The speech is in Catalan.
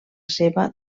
seva